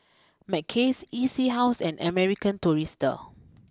Mackays E C house and American Tourister